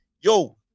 Yo